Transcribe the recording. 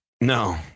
No